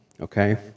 Okay